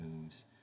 moves